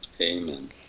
Amen